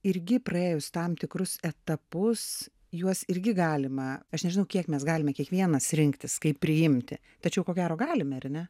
irgi praėjus tam tikrus etapus juos irgi galima aš nežinau kiek mes galime kiekvienas rinktis kaip priimti tačiau ko gero galime ar ne